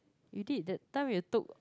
you did that time you took